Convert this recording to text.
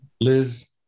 Liz